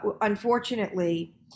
unfortunately